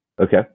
Okay